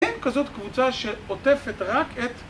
אין כזאת קבוצה שעוטפת רק את...